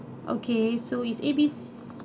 okay so is A B